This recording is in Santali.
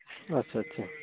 ᱟᱪᱪᱷᱟ ᱟᱪᱪᱷᱟ